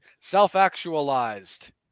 self-actualized